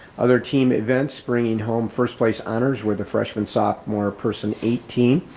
other team events bringing home first place honors, were the freshman sophomore person eight team,